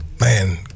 Man